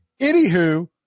Anywho